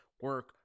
Work